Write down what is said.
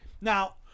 Now